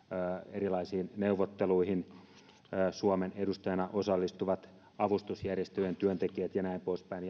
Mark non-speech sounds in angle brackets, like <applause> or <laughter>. erilaisiin neuvotteluihin suomen edustajana osallistuvat avustusjärjestöjen työntekijät ja näin poispäin <unintelligible>